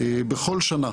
בכל שנה